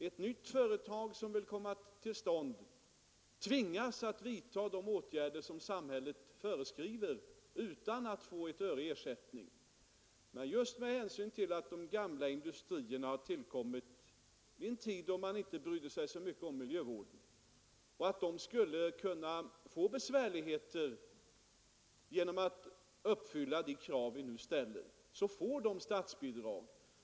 Ett nytt företag som vill starta tvingas vidta de åtgärder som samhället föreskriver utan att få ett öre i ersättning, men just med hänsyn till att de gamla industrierna har tillkommit i en tid, då man inte brydde sig så mycket om miljövård och företagen därför skulle kunna åsamkas besvärligheter genom att uppfylla de krav vi nu ställer, så får de statsbidrag.